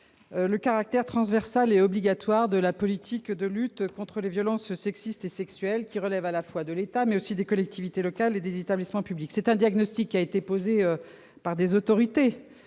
le caractère transversal et obligatoire de la politique de lutte contre les violences sexistes et sexuelles, qui relève à la fois de l'État, des collectivités territoriales et de leurs établissements publics. Le diagnostic a été posé par différentes autorités